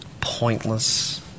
pointless